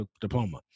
diploma